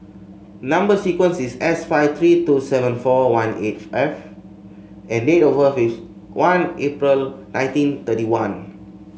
number sequence is S five three two seven four one eight F and date of birth is one April nineteen thirty one